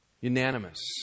Unanimous